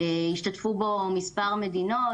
השתתפו בו מספר מדינות: